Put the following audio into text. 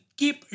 keep